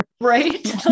Right